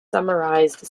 summarized